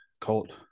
Colt